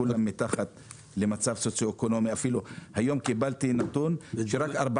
כולם מתחת למצב סוציו אקונומי נמוך והיום קיבלתי נתון האומר שרק 4